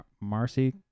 Marcy